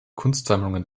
kunstsammlungen